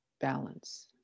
balance